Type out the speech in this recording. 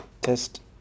test